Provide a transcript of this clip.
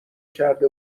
کرده